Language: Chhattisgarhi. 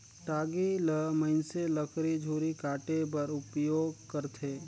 टागी ल मइनसे लकरी झूरी काटे बर उपियोग करथे